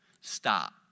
Stop